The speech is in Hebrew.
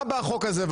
מה עושה החוק הזה?